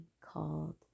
called